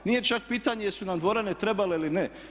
Nije čak pitanje jesu li nam dvorane trebale ili ne.